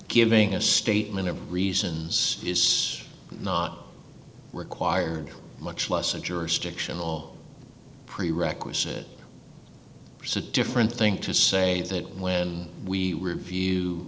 giving a statement of reasons is not required much less a jurisdictional prerequisite there's a different thing to say that when we review